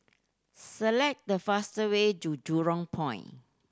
select the fastest way to Jurong